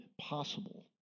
possible